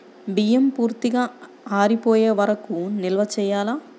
బియ్యం పూర్తిగా ఆరిపోయే వరకు నిల్వ చేయాలా?